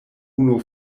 unu